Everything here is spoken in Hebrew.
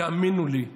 תאמינו לי,